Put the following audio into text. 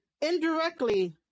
indirectly